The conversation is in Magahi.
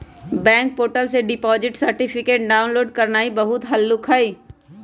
बैंक पोर्टल से डिपॉजिट सर्टिफिकेट डाउनलोड करनाइ बहुते हल्लुक हइ